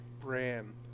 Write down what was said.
Brand